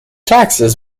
taxes